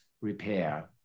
repair